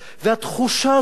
והתחושה הזאת,